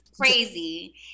crazy